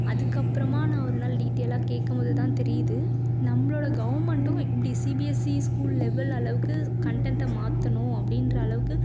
அதுக்கப்புறமா நான் ஒரு நாள் டீட்டெயிலாக கேட்கும்போது தான் தெரியுது நம்மளோட கவுர்மெண்ட்டும் இப்படி சிபிஎஸ்சி ஸ்கூல் லெவல் அளவுக்கு கண்டன்ட்டை மாற்றணும் அப்படின்ற அளவுக்கு